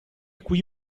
qui